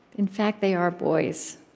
in fact, they are boys,